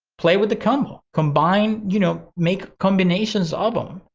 play with the combo, combine, you know, make combinations of them.